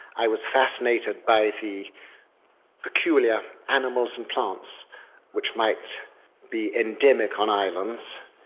i was fascinated by the peculiar animals and plants which might be endemic on islands.